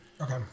Okay